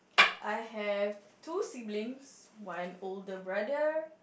I have two siblings one older brother